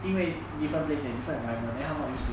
因为 different place a different environment then 它 not used to it